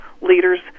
leaders